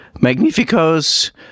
Magnifico's